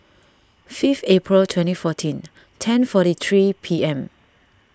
fifth April twenty fourteen ten two forty three P M